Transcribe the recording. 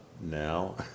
now